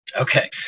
Okay